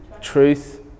truth